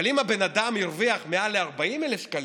אבל אם הבן אדם הרוויח מעל 40,000 שקלים,